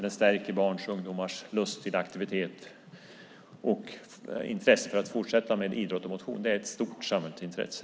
Den stärker barns och ungdomars lust till aktivitet och intresse för att fortsätta med idrott och motion. Det är ett stort samhällsintresse.